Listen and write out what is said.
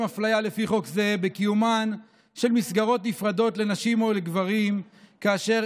הפליה לפי חוק זה בקיומן של מסגרות נפרדות לנשים או לגברים כאשר